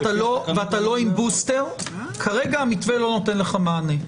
ואתה לא עם בוסטר, כרגע המתווה לא נותן לך מענה.